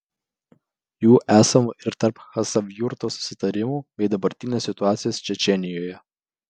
jų esama ir tarp chasavjurto susitarimų bei dabartinės situacijos čečėnijoje